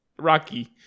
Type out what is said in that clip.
Rocky